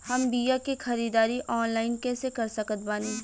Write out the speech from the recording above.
हम बीया के ख़रीदारी ऑनलाइन कैसे कर सकत बानी?